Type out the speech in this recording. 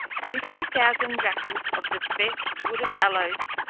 fifty thousand drachms of the best wood of aloes,